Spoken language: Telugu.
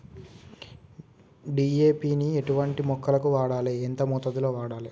డీ.ఏ.పి ని ఎటువంటి మొక్కలకు వాడాలి? ఎంత మోతాదులో వాడాలి?